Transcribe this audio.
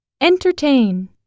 Entertain